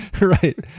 Right